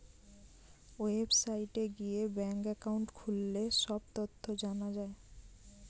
ওয়েবসাইটে গিয়ে bank account খুললে সব তথ্য জানা যায়